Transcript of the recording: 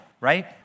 right